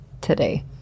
today